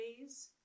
days